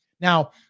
now